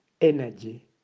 energy